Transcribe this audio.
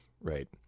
right